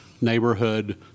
neighborhood